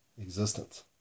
existence